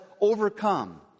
overcome